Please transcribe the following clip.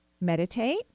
meditate